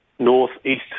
north-east